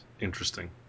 interesting